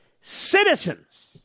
Citizens